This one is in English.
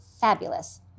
fabulous